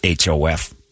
HOF